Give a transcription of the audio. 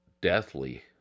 deathly